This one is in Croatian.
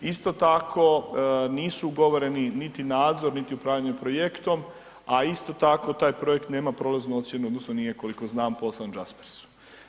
Isto tako nisu ugovoreni niti nadzor, niti upravljanje projektom, a isto tako taj projekt nema prolaznu ocjenu odnosno nije koliko znam poslan Jaspersu.